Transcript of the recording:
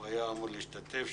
הוא היה אמור להשתתף.